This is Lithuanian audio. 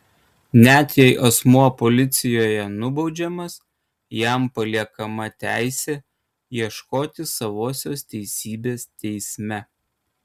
net jei asmuo policijoje nubaudžiamas jam paliekama teisė ieškoti savosios teisybės teisme